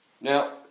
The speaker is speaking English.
Now